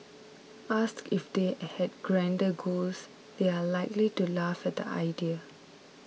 asked if they had grander goals they are likely to laugh at the idea